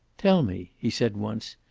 tell me, he said once,